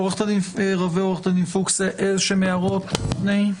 עורכת הדין רווה ועורכת הדין פוקס, הערות לפני?